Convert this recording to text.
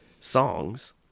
songs